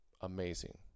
amazing